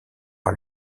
par